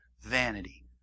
Vanity